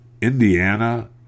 Indiana